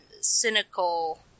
cynical